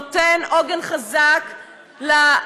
המצב היום נותן עוגן חזק לתוקף,